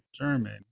German